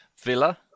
Villa